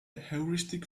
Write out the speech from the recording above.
heuristic